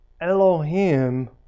Elohim